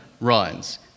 runs